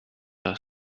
your